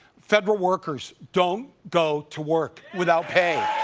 federal workers, don't go to work without pay.